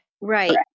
right